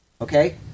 okay